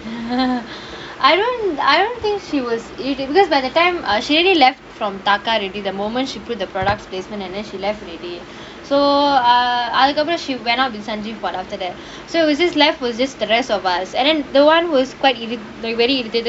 I don't I don't think she was either because by the time uh she already left from taka already the moment she put the products placement and then she left already so uh after that she went out with sundari but after that so what is left was this the rest of us and then the [one] was quite very irritated